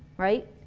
right?